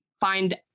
find